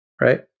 Right